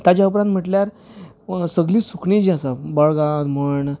ताज्या उपरांत म्हटल्यार सगळीं सुकणीं जी आसा बळगां म्हण